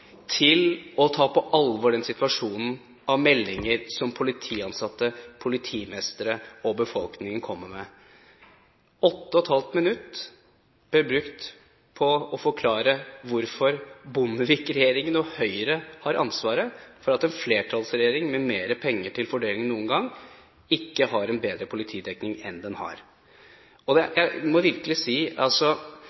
politiansatte, politimestre og befolkningen kommer med. 8 ½ minutt ble brukt på å forklare hvorfor Bondevik-regjeringen og Høyre har ansvaret for at en flertallsregjering, med mer penger til fordeling enn noen gang, ikke har en bedre politidekning enn den har. Jeg må virkelig si at det